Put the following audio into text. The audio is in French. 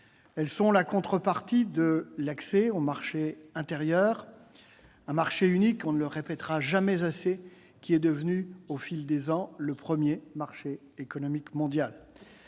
Celles-ci sont la contrepartie de l'accès au marché intérieur, un marché unique- on ne le répétera jamais assez -, qui est devenu au fil des ans le premier marché économique mondial.